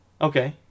Okay